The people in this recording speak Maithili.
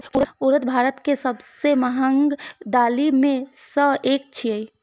उड़द भारत के सबसं महग दालि मे सं एक छियै